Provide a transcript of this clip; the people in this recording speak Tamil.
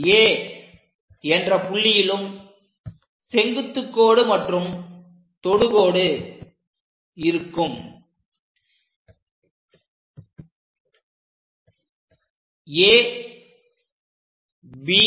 அதைப் போலவே C என்ற புள்ளியிலும் செங்குத்துக் கோடு மற்றும் தொடுகோடு வரையலாம்